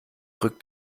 rückt